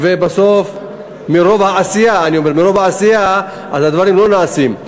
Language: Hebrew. ובסוף מרוב עשייה הדברים לא נעשים.